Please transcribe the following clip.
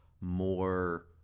more